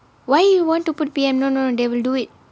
why you want to put P_M no no they will do it